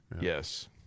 Yes